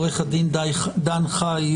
עו"ד דן חי,